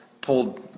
pulled